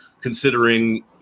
considering